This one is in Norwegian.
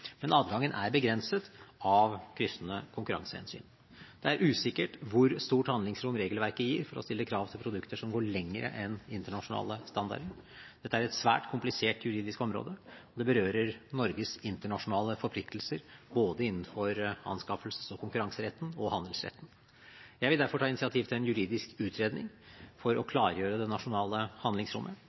Men adgangen er begrenset av kryssende konkurransehensyn. Det er usikkert hvor stort handlingsrom regelverket gir for å stille krav til produkter som går lenger enn internasjonale standarder. Dette er et svært komplisert juridisk område, og det berører Norges internasjonale forpliktelser innenfor både anskaffelses- og konkurranseretten og handelsretten. Jeg vil derfor ta initiativ til en juridisk utredning for å klargjøre det nasjonale handlingsrommet.